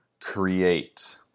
create